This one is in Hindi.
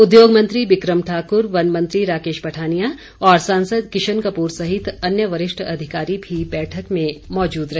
उद्योग मंत्री बिक्रम ठाकर वन मंत्री राकेश पठानिया और सांसद किशन कपूर सहित अन्य वरिष्ठ अधिकारी भी बैठक में मौजूद रहे